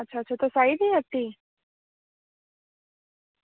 अच्छा तुस आई दे उत्त गी